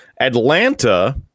Atlanta